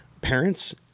Parents